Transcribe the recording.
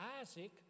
Isaac